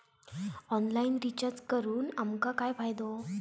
Online recharge करून आमका काय फायदो?